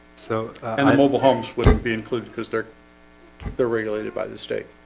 so and mobile homes wouldn't be included because they're they're regulated by the state